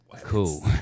Cool